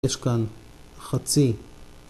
יש כאן חצי.